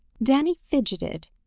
danny fidgeted,